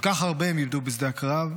כל כך הרבה הם איבדו בשדה הקרב,